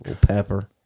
pepper